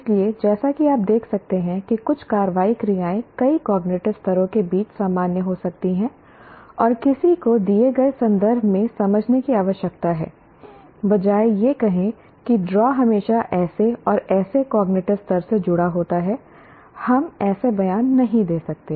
इसलिए जैसा कि आप देख सकते हैं कि कुछ कार्रवाई क्रियाएं कई कॉग्निटिव स्तरों के बीच सामान्य हो सकती हैं और किसी को दिए गए संदर्भ में समझने की आवश्यकता है बजाय यह कहें कि ड्रा हमेशा ऐसे और ऐसे कॉग्निटिव स्तर से जुड़ा होता है हम ऐसे बयान नहीं दे सकते